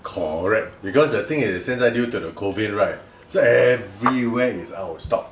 correct because the thing is 现在 due to the COVID right so everywhere is out of stock